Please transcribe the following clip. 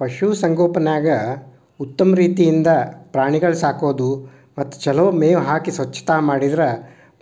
ಪಶು ಸಂಗೋಪನ್ಯಾಗ ಉತ್ತಮ ರೇತಿಯಿಂದ ಪ್ರಾಣಿಗಳ ಸಾಕೋದು ಮತ್ತ ಚೊಲೋ ಮೇವ್ ಹಾಕಿ ಸ್ವಚ್ಛತಾ ಮಾಡಿದ್ರ